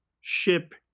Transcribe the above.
ship